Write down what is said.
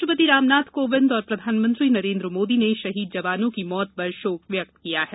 राष्ट्रपति रामनाथ कोविंद और प्रधानमंत्री नरेन्द्र मोदी ने शहीद जवानों की मौत पर शोक व्यक्त किया है